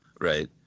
Right